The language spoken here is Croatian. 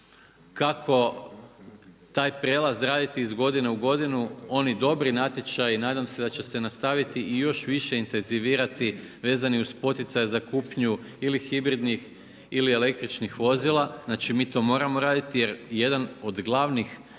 kako taj prijelaz raditi iz godine u godinu, oni dobri natječaji nadam se da će se nastaviti i još više intenzivirati, vezani uz poticaje za kupnju ili hibridnih ili električnih vozila. Mi to moramo raditi jer jedan od glavnih